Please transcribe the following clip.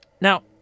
Now